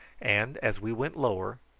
and, as we went lower,